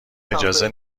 اجازه